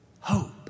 Hope